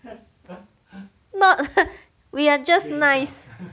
not we are just nice